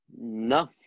no